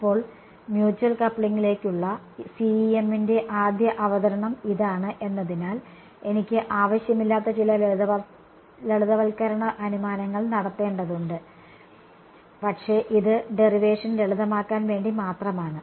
ഇപ്പോൾ മ്യൂച്വൽ കപ്ലിംഗിലേക്കുള്ള CEM ന്റെ ആദ്യ അവതരണം ഇതാണ് എന്നതിനാൽ എനിക്ക് ആവശ്യമില്ലാത്ത ചില ലളിതവൽക്കരണ അനുമാനങ്ങൾ നടത്തേണ്ടതുണ്ട് പക്ഷേ ഇത് ഡെറിവേഷൻ ലളിതമാക്കാൻ വേണ്ടി മാത്രമാണ്